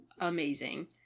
amazing